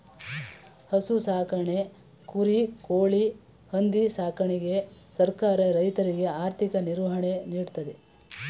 ಹಸು ಸಾಕಣೆ, ಕುರಿ, ಕೋಳಿ, ಹಂದಿ ಸಾಕಣೆಗೆ ಸರ್ಕಾರ ರೈತರಿಗೆ ಆರ್ಥಿಕ ನಿರ್ವಹಣೆ ನೀಡ್ತಿದೆ